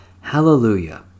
Hallelujah